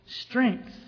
strength